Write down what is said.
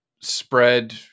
spread